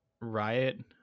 riot